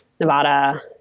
nevada